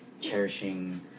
cherishing